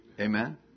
Amen